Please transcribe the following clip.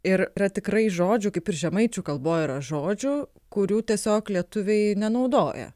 ir yra tikrai žodžių kaip ir žemaičių kalboj yra žodžių kurių tiesiog lietuviai nenaudoja